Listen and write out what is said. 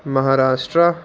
Maharashtra